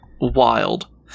wild